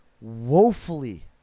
woefully